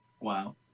Wow